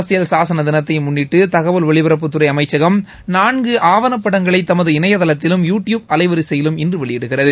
அரசியல் சாசன தினத்தை முன்ளிட்டு தகவல் ஒலிபரப்புத்துறை அமைச்சகம் நான்கு ஆவண படங்களை தமது இணையதளத்திலும் யூடிப் அலைவரிசையிலும் இன்று வெளியிடுகிறது